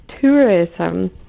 tourism